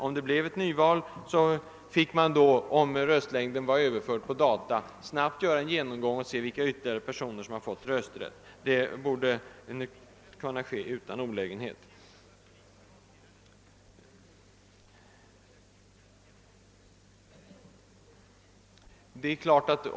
Om det blev ett nyval, skulle man, om röstlängden var överförd till data, snabbt kunna göra en genomgång och konstatera vilka ytterligare personer som fått rösträtt. Detta borde kunna genomföras utan någon olägenhet.